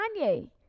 Kanye